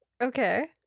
okay